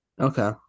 okay